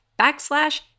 backslash